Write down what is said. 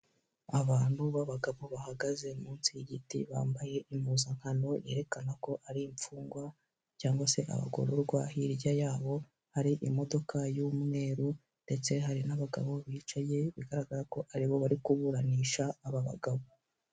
Abantu b'abagabo bahagaze munsi y'igiti bambaye impuzankano yerekana ko ari imfungwa cyangwa se abagororwa, hirya yabo hari imodoka y'umweru ndetse hari n'abagabo bicaye bigaragara ko aribo bari kuburanisha aba bagabo.